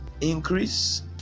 increase